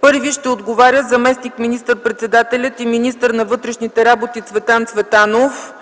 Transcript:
Първи ще отговаря заместник министър-председателят и министър на вътрешните работи Цветан Цветанов